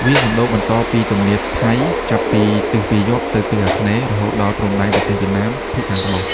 វាសណ្ដូកបន្តពីទំនាបថៃ ចាប់ពីទិសពាយ័ព្យទៅទិសអាគ្នេយ៍ រហូតដល់ព្រំដែនប្រទេសវៀតណាមភាគខាងត្បូង។